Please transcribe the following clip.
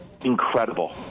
incredible